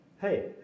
Hey